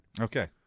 Okay